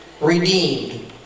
redeemed